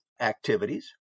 activities